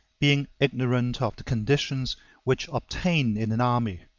being ignorant of the conditions which obtain in an army.